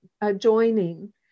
adjoining